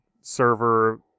server